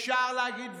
אפשר להגיד דברים.